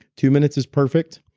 two minutes is perfect.